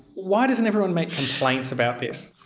why doesn't everyone make complaints about this?